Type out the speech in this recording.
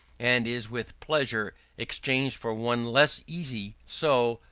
and is with pleasure exchanged for one less easy, so,